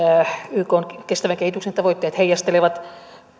ykn kestävän kehityksen tavoitteet heijastelevat